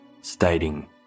stating